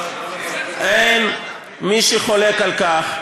אין מי שחולק על כך,